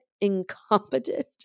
incompetent